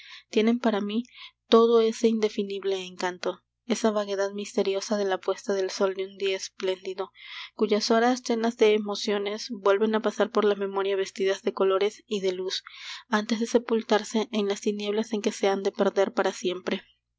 tienen para mí todo ese indefinible encanto esa vaguedad misteriosa de la puesta del sol de un día espléndido cuyas horas llenas de emociones vuelven á pasar por la memoria vestidas de colores y de luz antes de sepultarse en las tinieblas en que se han de perder para siempre